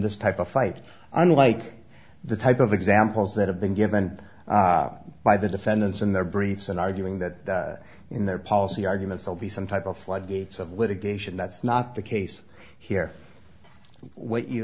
this type of fight unlike the type of examples that have been given by the defendants in their briefs and arguing that in their policy arguments will be some type of floodgates of litigation that's not the case here what you